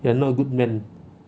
you are not a good man